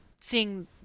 seeing